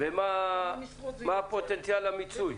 ומה פוטנציאל המיצוי?